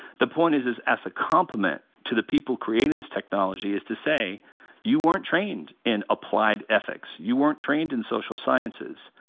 the point is, as a compliment to the people creating this technology, is to say you weren't trained in applied ethics, you weren't trained in social sciences.